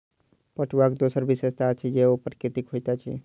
पटुआक दोसर विशेषता अछि जे ओ प्राकृतिक होइत अछि